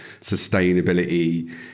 sustainability